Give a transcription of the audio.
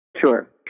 Sure